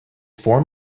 form